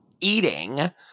eating